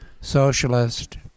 socialist